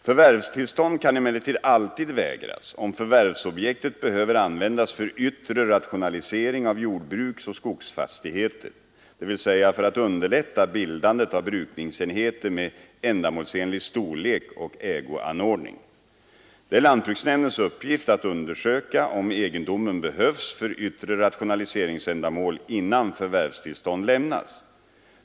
Förvärvstillstånd kan emellertid alltid vägras, om förvärvsobjektet behöver användas för yttre rationalisering av jordbruksoch skogsfastigheter, dvs. för att underlätta bildandet av brukningsenheter med ändamålsenlig storlek och ägoanordning. Det är lantbruksnämndens uppgift att undersöka, om egendomen behövs för yttre rationaliseringsändamål, innan förvärvstillstånd lämnas.